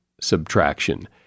subtraction